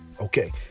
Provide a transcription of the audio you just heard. Okay